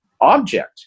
object